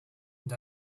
and